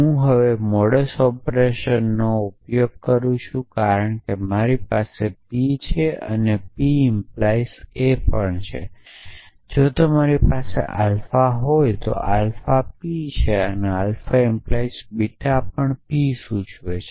હું હવે મોડસ ઓપરેશનનો ઉપયોગ કરી શકું છું કારણ કે મારી પાસે પી છે અને p a પણ છે જો તમારી પાસે આલ્ફા હોય તો આલ્ફા પી છે અને આલ્ફા 🡪 બીટા પણ પી સૂચવે છે